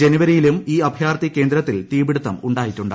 ജനുവരിയിലും ഈ അഭയാർത്ഥി കേന്ദ്രത്തിൽ തീപിടുത്തം ഉണ്ടായിട്ടുണ്ട്